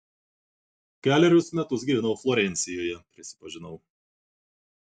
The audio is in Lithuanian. kelerius metus gyvenau florencijoje prisipažinau